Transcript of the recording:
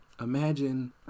Imagine